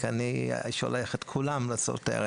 כי אני שולח את כולם לסוטריה.